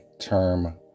term